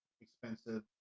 expensive